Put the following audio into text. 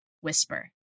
whisper